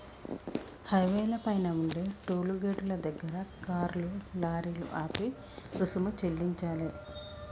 హైవేల పైన ఉండే టోలు గేటుల దగ్గర కార్లు, లారీలు ఆపి రుసుము చెల్లించాలే